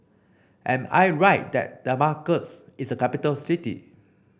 am I right that Damascus is a capital city